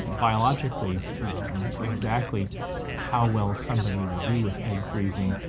biologically exactly how well somebody will do with egg freezing,